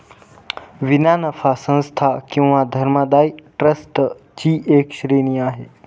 विना नफा संस्था किंवा धर्मदाय ट्रस्ट ची एक श्रेणी आहे